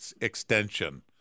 extension